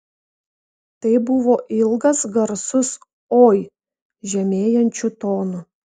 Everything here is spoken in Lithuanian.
tai buvo ilgas garsus oi žemėjančiu tonu